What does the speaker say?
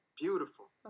beautiful